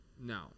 No